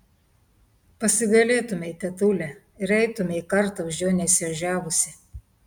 pasigailėtumei tetule ir eitumei kartą už jo nesiožiavusi